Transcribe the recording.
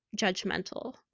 judgmental